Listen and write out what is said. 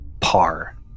par